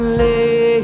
lay